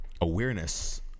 awareness